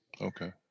okay